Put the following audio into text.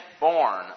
born